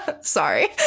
Sorry